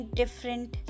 different